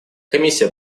комиссия